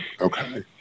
Okay